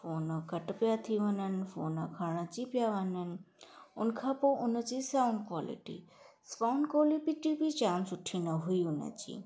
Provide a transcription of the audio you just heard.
phone cut पिया थी वञनि फ़ोन खणण अची पिया वञनि हुन खां पोइ हुनजे साऊंड कॉलिटी साऊंड कॉलिटी बि जाम सुठी न हुई हुनजी